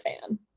fan